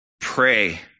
Pray